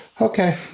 Okay